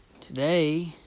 today